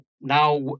Now